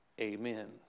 Amen